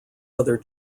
other